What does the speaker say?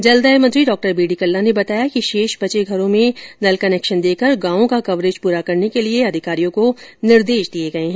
जलदाय मंत्री डॉ बी डी कल्ला ने बताया कि शेष बचे घरों में नल कनेक्शन देकर गांवों का कवरेज पूरा करने के लिए अधिकारियों को निर्देश दिए गए है